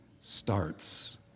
starts